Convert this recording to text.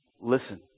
listen